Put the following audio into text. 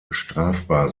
strafbar